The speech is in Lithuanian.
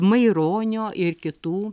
maironio ir kitų